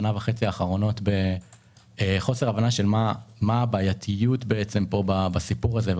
שנה וחצי האחרונות בחוסר הבנה של מה הבעייתיות בסיפור הזה.